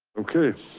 okay.